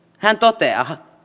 hän toteaa